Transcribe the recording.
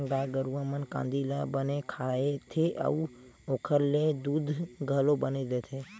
गाय गरूवा मन कांदी ल बने खाथे अउ ओखर ले दूद घलो बने देथे